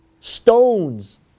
stones